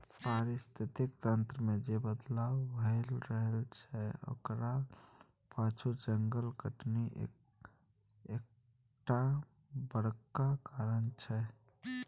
पारिस्थितिकी तंत्र मे जे बदलाव भए रहल छै ओकरा पाछु जंगल कटनी एकटा बड़का कारण छै